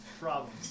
Problems